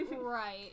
Right